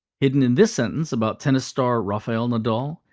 hidden in this sentence about tennis star rafael nadal,